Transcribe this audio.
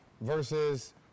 versus